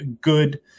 good